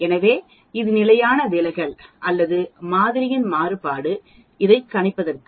எனவே இது நிலையான விலகல் அல்லது மாதிரியின் மாறுபாடு இதை கணிப்பதற்கு